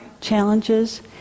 challenges